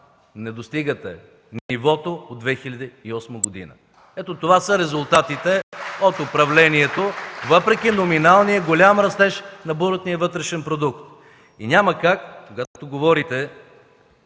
(Ръкопляскания от КБ и ДПС.) Ето, това са резултатите от управлението, въпреки номиналния голям растеж на брутния вътрешен продукт. И няма как, когато говорите